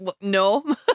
No